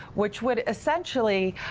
which would essentially,